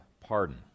pardon